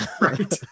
Right